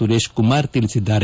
ಸುರೇಶ್ ಕುಮಾರ್ ತಿಳಿಸಿದ್ದಾರೆ